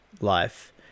life